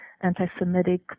anti-Semitic